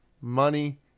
money